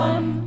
One